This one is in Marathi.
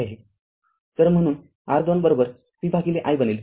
आहे तरम्हणून R२ V i बनेल